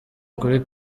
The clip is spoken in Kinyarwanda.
kuri